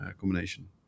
combination